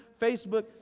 Facebook